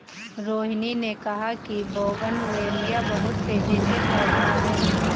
रोहिनी ने कहा कि बोगनवेलिया बहुत तेजी से फैलता है